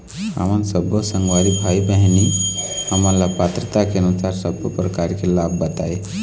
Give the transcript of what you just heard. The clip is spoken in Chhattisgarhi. हमन सब्बो संगवारी भाई बहिनी हमन ला पात्रता के अनुसार सब्बो प्रकार के लाभ बताए?